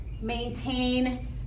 maintain